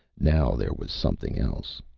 now there was something else,